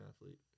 athlete